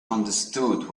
understood